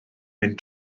mynd